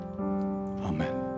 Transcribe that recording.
Amen